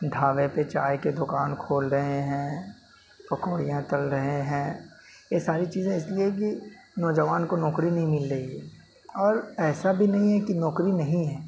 ڈھابے پہ چائے کے دکان کھول رہے ہیں پکوڑیاں تل رہے ہیں یہ ساری چیزیں اس لیے ہے کہ نوجوان کو نوکری نہیں مل رہی ہے اور ایسا بھی نہیں ہے کہ نوکری نہیں ہیں